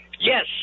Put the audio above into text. Yes